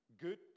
good